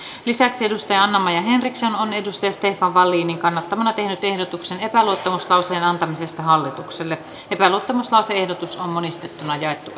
lisäksi anna maja henriksson on stefan wallinin kannattamana tehnyt ehdotuksen epäluottamuslauseen antamisesta hallitukselle epäluottamuslause ehdotus on monistettuna jaettu